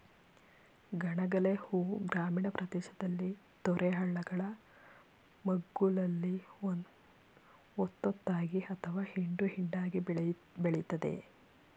ಗಣಗಿಲೆ ಹೂ ಗ್ರಾಮೀಣ ಪ್ರದೇಶದಲ್ಲಿ ತೊರೆ ಹಳ್ಳಗಳ ಮಗ್ಗುಲಲ್ಲಿ ಒತ್ತೊತ್ತಾಗಿ ಅಥವಾ ಹಿಂಡು ಹಿಂಡಾಗಿ ಬೆಳಿತದೆ